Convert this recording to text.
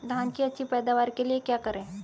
धान की अच्छी पैदावार के लिए क्या करें?